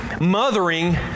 mothering